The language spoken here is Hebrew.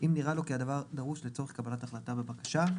אם נראה לו כי הדבר דרוש לצורך קבלת החלקה בבקשה.